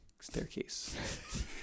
Staircase